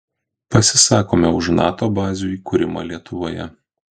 pasisakome už nato bazių įkūrimą lietuvoje